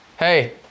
Hey